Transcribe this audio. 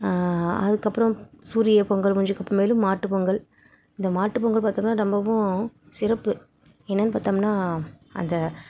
அதுக்கப்பறம் சூரிய பொங்கல் முடிஞ்சக்கப்புறமேலு மாட்டுப்பொங்கல் இந்த மாட்டுப்பொங்கல் பார்த்தோம்னா ரொம்பவும் சிறப்பு என்னென்னு பார்த்தோம்னா அந்த